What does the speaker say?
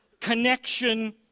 connection